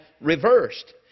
reversed